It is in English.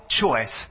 choice